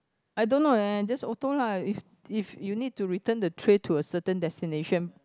I don't know leh just auto lah if if you need to return the tray to a certain destination